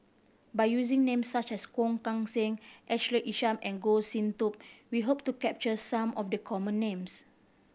by using names such as Kong Kan Seng Ashley Isham and Goh Sin Tub we hope to capture some of the common names